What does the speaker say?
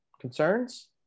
concerns